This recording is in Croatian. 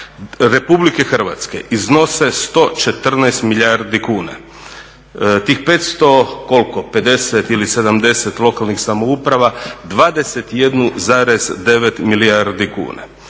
Republike Hrvatske iznose 114 milijardi kuna, tih 550 ili 570 lokalnih samouprava 21,9 milijardi kuna.